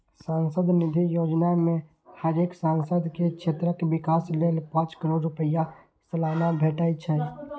सांसद निधि योजना मे हरेक सांसद के क्षेत्रक विकास लेल पांच करोड़ रुपैया सलाना भेटे छै